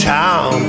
town